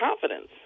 confidence